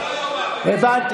הבנתי.